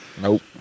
Nope